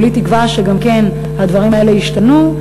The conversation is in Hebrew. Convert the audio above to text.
כולי תקווה שגם הדברים האלה ישתנו,